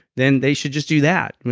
then they should just do that.